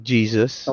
Jesus